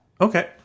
Okay